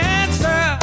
answer